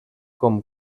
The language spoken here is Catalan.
com